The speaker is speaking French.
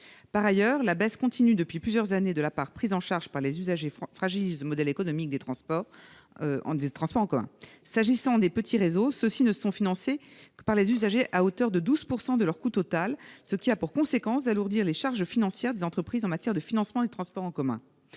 Par ailleurs, la baisse continue durant plusieurs années de la part prise en charge par les usagers fragilise le modèle économique des transports en commun. Les petits réseaux ne sont financés par les usagers qu'à hauteur de 12 % du coût total. Cela a pour conséquence d'alourdir les charges financières des entreprises en matière de financement des transports en commun.